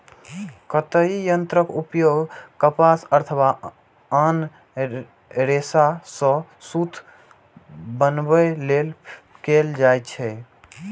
कताइ यंत्रक उपयोग कपास अथवा आन रेशा सं सूत बनबै लेल कैल जाइ छै